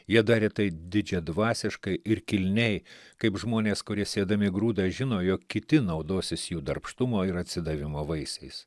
jie darė tai didžiadvasiškai ir kilniai kaip žmonės kurie sėdami grūdą žino jog kiti naudosis jų darbštumo ir atsidavimo vaisiais